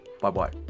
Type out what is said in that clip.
bye-bye